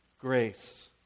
grace